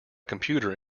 computer